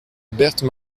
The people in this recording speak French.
berthe